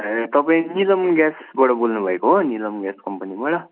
ए तपाईँ निलम ग्यासबाट बोल्नु भएको हो निलम ग्यास कम्पनीबाट